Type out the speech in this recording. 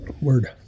Word